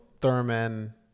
Thurman